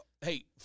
Hey